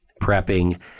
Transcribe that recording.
prepping